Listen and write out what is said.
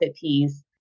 piece